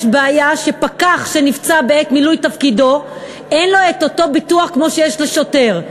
יש בעיה שאם פקח נפצע בעת מילוי תפקידו אין לו אותו ביטוח שיש לשוטר.